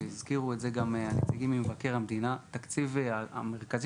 והזכירו את זה גם הנציגים ממבקר המדינה התקציב המרכזי